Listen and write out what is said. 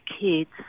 kids